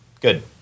Good